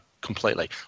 completely